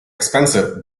expensive